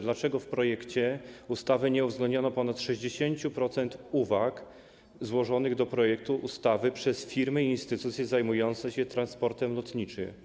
Dlaczego w projekcie ustawy nie uwzględniono ponad 60% uwag złożonych do projektu ustawy przez firmy i instytucje zajmujące się transportem lotniczym?